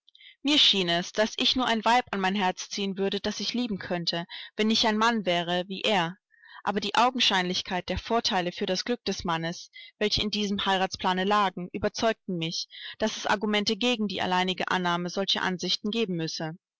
mir schien es daß ich nur ein weib an mein herz ziehen würde das ich lieben könnte wenn ich ein mann wäre wie er aber die augenscheinlichkeit der vorteile für das glück des mannes welche in diesem heiratsplane lagen überzeugten mich daß es argumente gegen die allgemeine annahme solcher ansichten geben müsse